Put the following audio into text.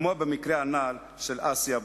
כמו במקרה הנ"ל של אסי אבוטבול.